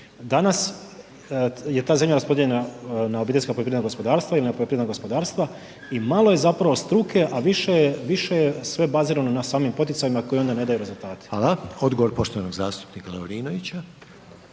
Danas je ta zemlja raspodijeljena na OPG-ove i na poljoprivredna gospodarstva i malo je zapravo struke i više je sve bazirano na samim poticajima koji onda ne daju rezultata. **Reiner, Željko (HDZ)** Hvala. Odgovor poštovanog zastupnika Lovrinovića.